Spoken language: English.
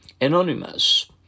anonymous